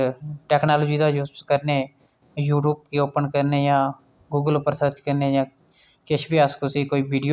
ते इंदी कविता इक्क होर ऐ कीर्ति चौधरी हुंदी जेह्ड़ी जेह्दा नांऽ ऐ सूखे पीले पत्तों ने कहा